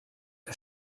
que